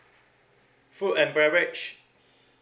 food and beverage